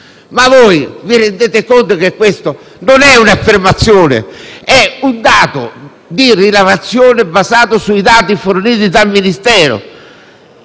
Vi rendete conto che questa non è un affermazione, ma è una rilevazione basata sui dati forniti dal Ministero?